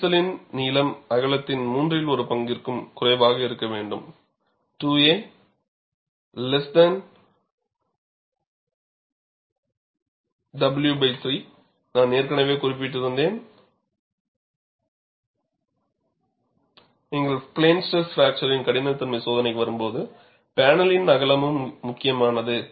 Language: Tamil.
விரிசலின் நீளம் அகலத்தின் மூன்றில் ஒரு பங்கிற்கும் குறைவாக இருக்க வேண்டும் 2a w3 நான் ஏற்கனவே குறிப்பிட்டிருந்தேன் நீங்கள் பிளேன் ஸ்ட்ரெஸ் பிராக்சர் கடினத்தன்மை சோதனைக்கு வரும் போது பேனலின் அகலமும் முக்கியமானது